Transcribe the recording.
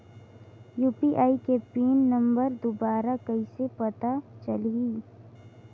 UPI के PIN number दुबारा कइसे पता चलही?